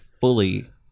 fully